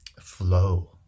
flow